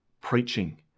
preaching